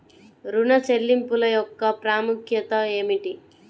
ఋణ చెల్లింపుల యొక్క ప్రాముఖ్యత ఏమిటీ?